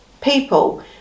people